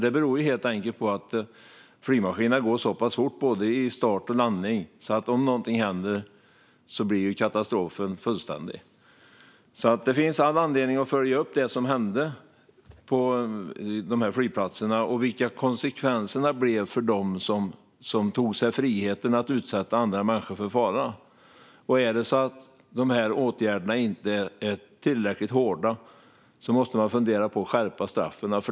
Det beror helt enkelt på att flygmaskinerna går så pass fort vid både start och landning att om något händer blir katastrofen fullständig. Det finns all anledning att följa upp det som hände på flygplatserna och vad konsekvenserna blev för dem som tog sig friheten att utsätta andra människor för fara. Om det är så att åtgärderna inte är tillräckligt hårda måste man fundera på att skärpa straffen.